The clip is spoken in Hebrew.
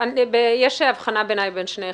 יש הבחנה בין שני חלקים.